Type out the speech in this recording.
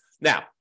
Now